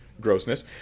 grossness